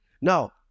Now